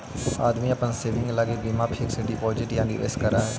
आदमी अपन सेविंग लगी बीमा फिक्स डिपाजिट या निवेश करऽ हई